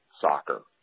soccer